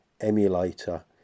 emulator